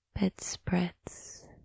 bedspreads